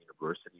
university